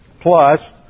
plus